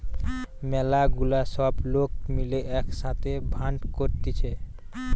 ম্যালা গুলা সব লোক মিলে এক সাথে ফান্ড করতিছে